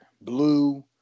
blue